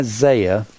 Isaiah